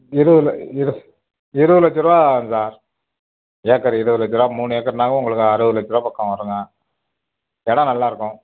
இருபது ல இரு இருபது லட்சரூபா ஆகும் சார் ஏக்கரு இருபது லட்சரூபா மூணு ஏக்கர்னாலும் உங்களுக்கு அறுபது லட்சரூபா பக்கம் வருங்க இடோம் நல்லா இருக்கும்